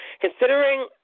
Considering